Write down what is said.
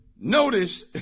Notice